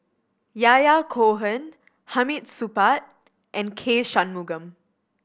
Yahya Cohen Hamid Supaat and K Shanmugam